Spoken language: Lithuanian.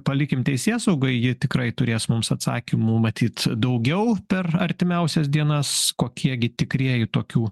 palikim teisėsaugai ji tikrai turės mums atsakymų matyt daugiau per artimiausias dienas kokie gi tikrieji tokių